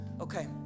Okay